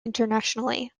internationally